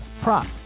prop